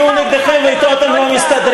כי הוא נגדכם ואתו אתם לא מסתדרים,